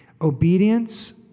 obedience